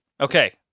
Okay